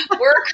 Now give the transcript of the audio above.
Work